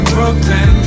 Brooklyn